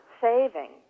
saving